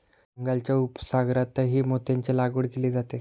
बंगालच्या उपसागरातही मोत्यांची लागवड केली जाते